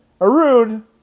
Arun